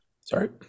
Sorry